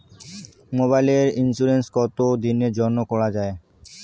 মোবাইলের ইন্সুরেন্স কতো দিনের জন্যে করা য়ায়?